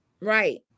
Right